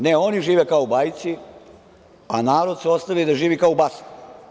Ne, oni žive kao u bajci, a narod su ostavili da živi kao u basni.